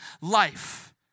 life